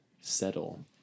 settle